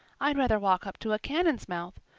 i'd rather walk up to a cannon's mouth.